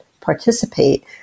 participate